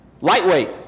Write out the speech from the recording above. lightweight